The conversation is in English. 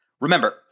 Remember